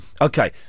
Okay